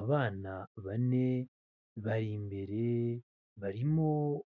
Abana bane bari imbere barimo